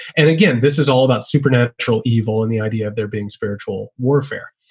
and again, this is all about supernatural evil. and the idea of there being spiritual warfare.